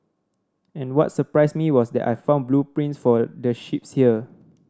and what surprised me was that I found blueprints for the ships here